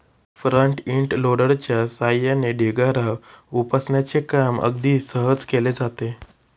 front end लोडरच्या सहाय्याने ढिगारा उपसण्याचे काम अगदी सहज केले जाते